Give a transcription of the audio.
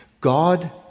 God